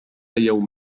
يوم